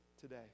today